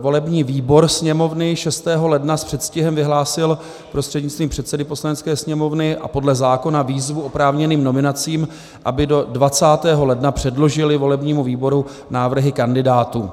Volební výbor Sněmovny 6. ledna s předstihem vyhlásil prostřednictvím předsedy Poslanecké sněmovny a podle zákona výzvu oprávněným (k) nominacím, aby do 20. ledna předložili volebnímu výboru návrhy kandidátů.